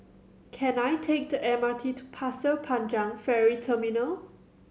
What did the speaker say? can I take the M R T to Pasir Panjang Ferry Terminal